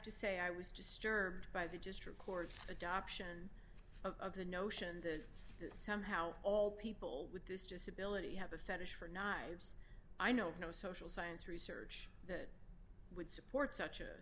say i was disturbed by the just records of adoption of the notion that this somehow all people with this disability have a fetish for knives i know of no social science research that would support such a